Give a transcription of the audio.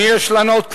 מי יש לנו עוד?